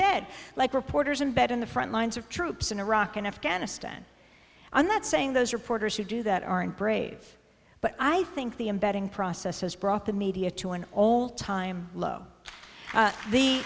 ed like reporters in bed in the front lines of troops in iraq and afghanistan i'm not saying those reporters who do that aren't brave but i think the embedding process has brought the media to an all time low the the